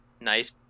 nice